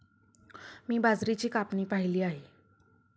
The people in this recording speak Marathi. मी बाजरीची कापणी पाहिली आहे